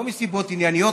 ולא מסיבות ענייניות,